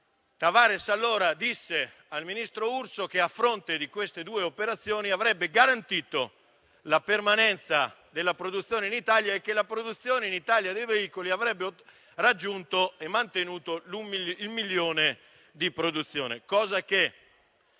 Tavares allora disse al ministro Urso che, a fronte di queste due operazioni, avrebbe garantito la permanenza della produzione dei veicoli in Italia, che avrebbe raggiunto e mantenuto il milione di unità.